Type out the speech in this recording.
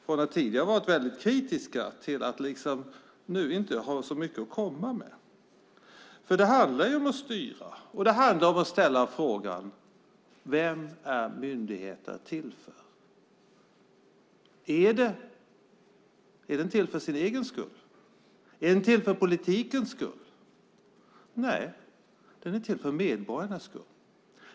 Från att de tidigare har varit väldigt kritiska har de nu inte så mycket att komma med. För det handlar ju om att styra och att ställa frågan: Vem är myndigheterna till för? Är de till för sin egen skull? Är de till för politikens skull? Nej, de är till för medborgarnas skull.